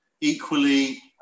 equally